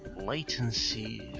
latency.